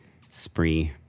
spree